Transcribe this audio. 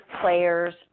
players